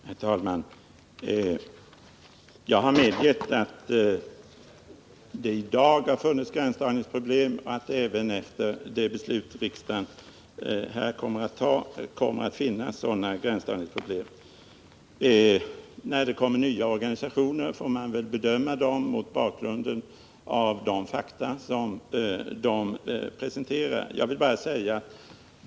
Herr talman! Jag har medgivit att det i dag finns gränsdragningsproblem och att det även efter dagens beslut kommer att finnas sådana. När nya organisationer begär bidrag får vi ta ställning till deras önskemål mot bakgrunden av de fakta som de presenterar.